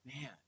man